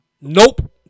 Nope